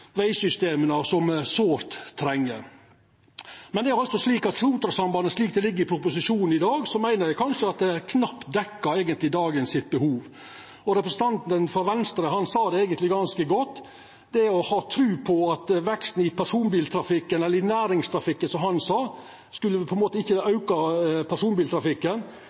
vegsystema som me sårt treng. Men: Når det gjeld Sotrasambandet slik det ligg i proposisjonen i dag, meiner eg at det kanskje knapt dekkjer behovet av i dag. Representanten frå Venstre sa det eigentleg ganske godt. Det å ha tru på at vekst i næringstrafikken ikkje skulle auka personbiltrafikken,